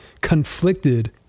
conflicted